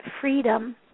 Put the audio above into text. freedom